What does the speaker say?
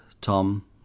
Tom